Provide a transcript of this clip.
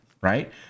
right